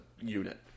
unit